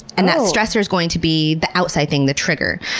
and that stressor is going to be the outside thing, the trigger.